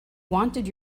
wanted